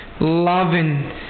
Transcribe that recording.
loving